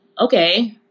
okay